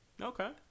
Okay